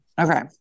Okay